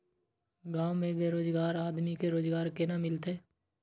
गांव में बेरोजगार आदमी के रोजगार केना मिलते?